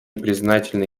признательна